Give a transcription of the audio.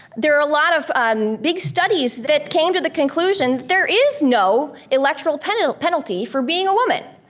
there are a lot of big studies that came to the conclusion, there is no electoral penalty penalty for being a woman.